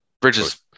Bridges